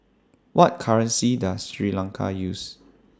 What currency Does Sri Lanka use